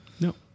No